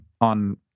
on